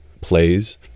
plays